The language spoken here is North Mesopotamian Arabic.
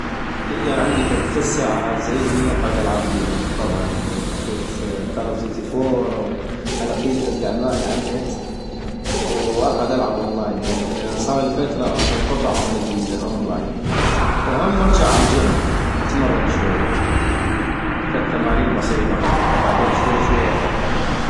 اذا عندي فد ثث ساعات زيدي اقعد ألعب بيها - طبعاً يعني افوت كال اوف دوتي فور، أو القيلي فد لعباي عالنت واقعد ألعب أونلاين - لان صاغلي فترة منقطع عن الاونلاين - وهم ارجع عالجم ، اتمرن شوية فد تمارين بسيطة ، بعدين شوية شوية اثقل